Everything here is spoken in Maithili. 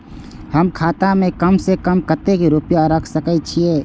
हम खाता में कम से कम कतेक रुपया रख सके छिए?